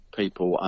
people